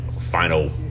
final